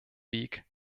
weg